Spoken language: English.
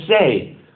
say